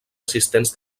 assistents